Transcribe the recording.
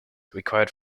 required